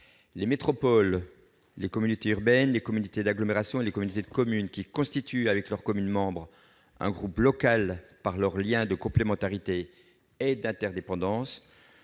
Les métropoles, communautés urbaines, communautés d'agglomération et communautés de communes, qui constituent avec leurs communes membres un groupe local par leurs liens de complémentarité et d'interdépendance,